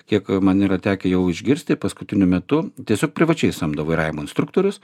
kiek man yra tekę jau išgirsti paskutiniu metu tiesiog privačiai samdo vairavimo instruktorius